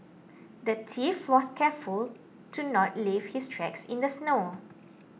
the thief was careful to not leave his tracks in the snow